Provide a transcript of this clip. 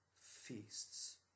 feasts